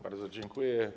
Bardzo dziękuję.